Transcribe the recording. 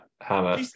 hammer